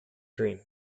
dream